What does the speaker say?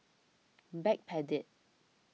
Backpedic